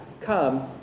comes